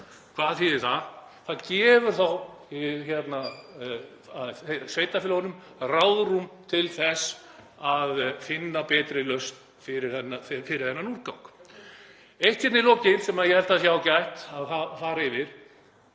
Hvað þýðir það? Það gefur sveitarfélögunum ráðrúm til þess að finna betri lausn fyrir þennan úrgang. Eitt í lokin sem ég held að sé ágætt að fara yfir.